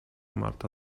marta